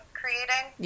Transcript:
creating